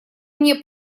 мне